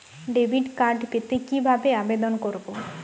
Debit card পেতে কি ভাবে আবেদন করব?